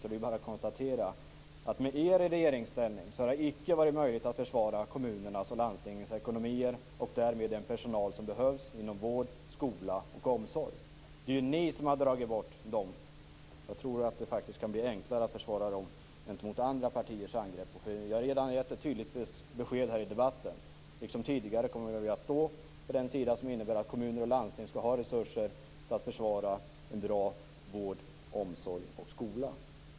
Det är bara konstatera att med er i regeringsställning har det icke varit möjligt att försvara kommunernas och landstingens ekonomier och därmed den personal som behövs inom vård, skola och omsorg. Det är ni som har dragit bort dem. Jag tror att det faktiskt kan bli enklare att försvara det gentemot andra partiers angrepp. Jag har redan gett ett tydligt besked här i debatten. Liksom tidigare kommer vi att stå för den sida som innebär att kommuner och landsting skall ha resurser för att försvara en bra vård, omsorg och skola.